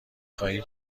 خواهی